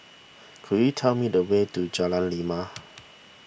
could you tell me the way to Jalan Lima